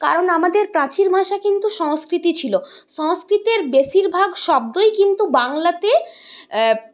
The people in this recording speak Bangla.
কারণ আমাদের প্রাচীন ভাষা কিন্তু সংস্কৃতই ছিলো সংস্কৃতের বেশিরভাগ শব্দই কিন্তু বাংলাতে